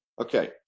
Okay